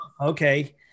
Okay